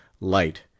light